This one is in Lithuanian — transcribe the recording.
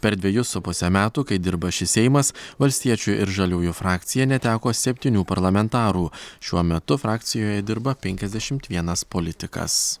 per dvejus su puse metų kai dirba šis seimas valstiečių ir žaliųjų frakcija neteko septynių parlamentarų šiuo metu frakcijoje dirba penkiasdešimt vienas politikas